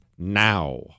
Now